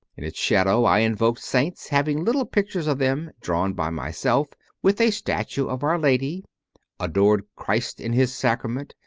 in its shadow i invoked saints, having little pictures of them, drawn by myself, with a statue of our lady adored christ in his sacrament,